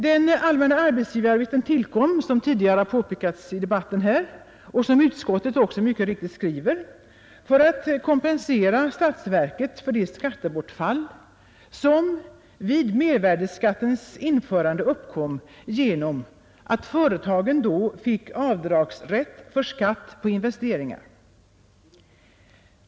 Den allmänna arbetsgivaravgiften tillkom, som tidigare har påpekats i debatten här och som utskottet också mycket riktigt skriver, för att kompensera statsverket för det skattebortfall som vid mervärdeskattens införande uppstod genom att företagen då fick avdragsrätt för skatt på investeringar.